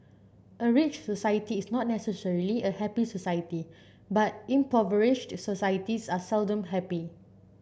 a rich society is not necessarily a happy society but impoverished societies are seldom happy